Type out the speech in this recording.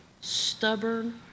stubborn